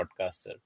podcaster